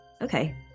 Okay